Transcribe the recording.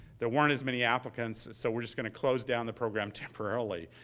there weren't as many applicants so we're just going to close down the program temporarily.